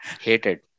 hated